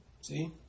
See